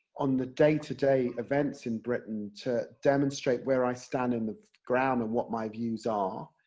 on the day-to-day events in britain, to demonstrate where i stand in the ground and what my views are.